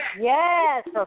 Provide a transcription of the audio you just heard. Yes